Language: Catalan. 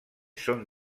són